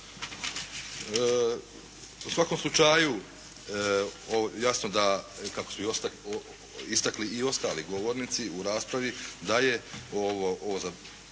U svakom slučaju jasno da kako su istakli i ostali govornici u raspravi, da je ovaj